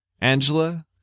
Angela